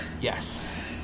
yes